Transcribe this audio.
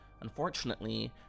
unfortunately